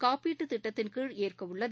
காப்பீட்டுத் திட்டத்தின்கீழ் ஏற்கவுள்ளது